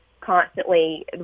constantly